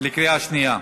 בקריאה שנייה.